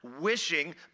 wishing